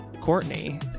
Courtney